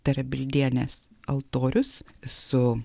tarabildienės altorius su